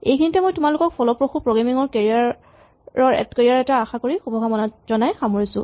এইখিনিতে মই তোমালোকৰ ফলপ্ৰসু প্ৰগ্ৰেমিং ৰ কেৰিয়াৰ এটা আশা কৰি শুভকামনা জনাই সামৰিছো